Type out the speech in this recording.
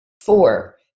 Four